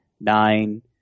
nine